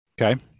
Okay